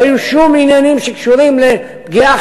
לא יהיו שום עניינים שקשורים לפגיעה,